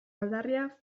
aldarria